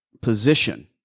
position